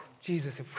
Jesus